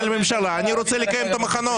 אני רוצה לקיים את המחנות.